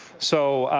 so